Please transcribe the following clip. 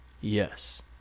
yes